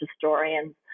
historians